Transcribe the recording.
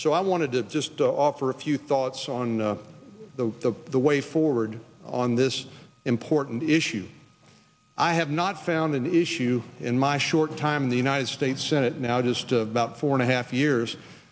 so i wanted to just to offer a few thoughts on the the way forward on this important issue i have not found an issue in my short time in the united states senate now just a about four and a half years